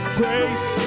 grace